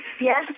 Yes